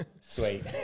Sweet